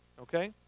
Okay